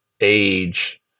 age